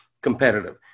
competitive